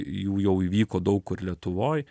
jų jau įvyko daug kur lietuvoj